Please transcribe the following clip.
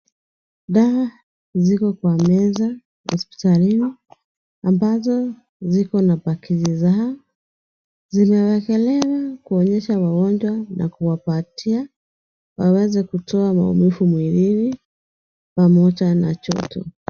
Dawa ziko kwa meza hospitalini ambazo ziko na pakiti zao, zimeekelewa kuonyesha wagonjwa na kuwapatia waweze kutoa maumivu mwilini pamoja na joto.